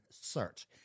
Search